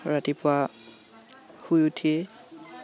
ৰাতিপুৱা শুই উঠি